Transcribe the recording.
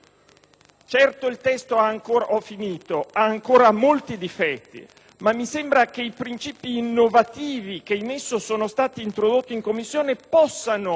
Certo, il testo ha ancora molti difetti, ma mi sembra che i principi innovativi che in esso sono stati introdotti in Commissione possano